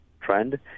trend